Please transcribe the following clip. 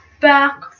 back